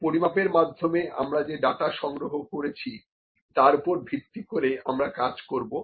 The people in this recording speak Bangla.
পরিমাপের মাধ্যমে আমরা যে ডাটা সংগ্রহ করেছি তার ওপর ভিত্তি করে আমরা কাজ করবো